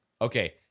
Okay